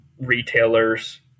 retailers